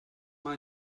mal